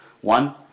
One